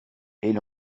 elle